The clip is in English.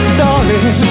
darling